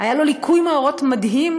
היה לו ליקוי מאורות מדהים,